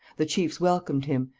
the chiefs welcomed him,